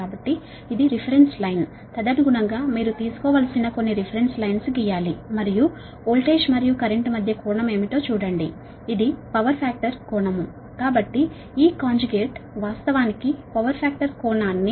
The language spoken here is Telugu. కాబట్టి ఇది రిఫరెన్స్ లైన్ తదనుగుణంగా మీరు తీసుకోవలసిన కొన్ని రిఫరెన్స్ లైన్స్ గీయాలి మరియు వోల్టేజ్ మరియు కరెంట్ మధ్య కోణం ఏమిటో చూడండి ఇది పవర్ ఫాక్టర్ కోణం